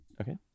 Okay